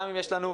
גם אם יש לנו,